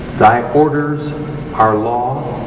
thy orders are laws,